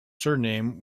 surname